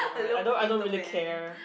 I don't I don't really care